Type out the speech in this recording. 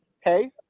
hey